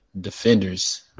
defenders